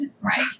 Right